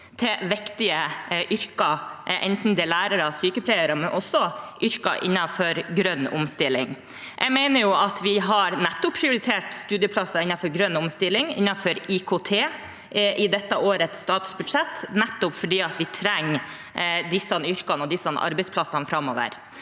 enten det er lærere eller sykepleiere, men også yrker innenfor grønn omstilling. Jeg mener vi har prioritert studieplasser innenfor grønn omstilling og IKT i dette årets statsbudsjett, nettopp fordi vi trenger disse yrkene og arbeidsplassene framover.